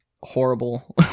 horrible